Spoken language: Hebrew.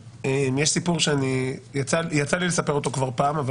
יש סיפור שיצא לי לספר אותו כבר פעם אבל